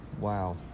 Wow